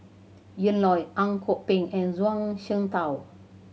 Ian Loy Ang Kok Peng and Zhuang Shengtao